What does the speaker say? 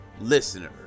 listener